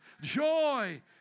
joy